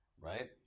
right